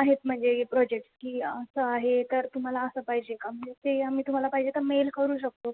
आहेत म्हणजे प्रोजेक्ट की असं आहे तर तुम्हाला असं पाहिजे का म्हणजे ते आम्ही तुम्हाला पाहिजे तर मेल करू शकतो